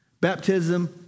Baptism